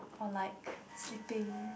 or like sleeping